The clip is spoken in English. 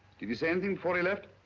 did he say anything before he left?